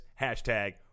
hashtag